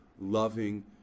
loving